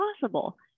possible